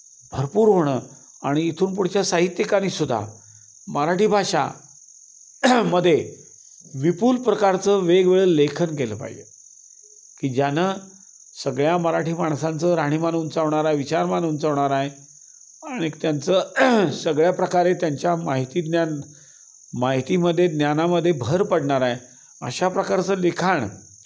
भरपूर होणं आणि इथून पुढच्या साहित्यिकानीसुद्धा मराठी भाषा मध्ये विपुल प्रकारचं वेगवेगळं लेखन केलं पाहिजे की ज्यानं सगळ्या मराठी माणसांचं राहणीमान उंचावणार आहे विचारमान उंचावणार आहे आणि त्यांचं सगळ्या प्रकारे त्यांच्या माहिती ज्ञान माहितीमध्ये ज्ञानामध्ये भर पडणार आहे अशा प्रकारचं लिखाण